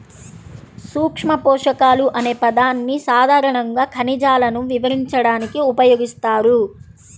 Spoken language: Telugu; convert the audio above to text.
సూక్ష్మపోషకాలు అనే పదాన్ని సాధారణంగా ఖనిజాలను వివరించడానికి ఉపయోగిస్తారు